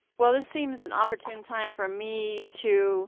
well, this seems an opportune time for me to